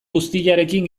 guztiarekin